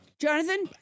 Jonathan